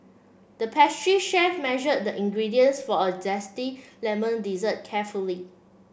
the pastry chef measured the ingredients for a zesty lemon dessert carefully